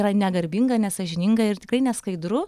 yra negarbinga nesąžininga ir tikrai neskaidru